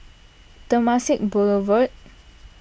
Temasek Boulevard